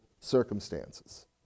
circumstances